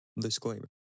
Disclaimer